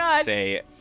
say